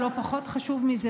ולא פחות חשוב מזה,